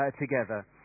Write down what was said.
together